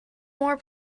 more